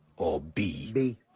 or b b.